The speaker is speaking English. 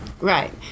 Right